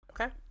Okay